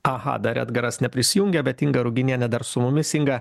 aha dar edgaras neprisijungė bet inga ruginienė dar su mumis inga